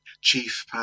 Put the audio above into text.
chief